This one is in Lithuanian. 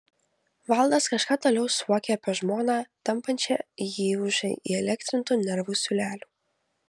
valdas kažką toliau suokė apie žmoną tampančią jį už įelektrintų nervų siūlelių